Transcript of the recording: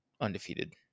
undefeated